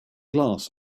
glass